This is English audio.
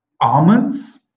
almonds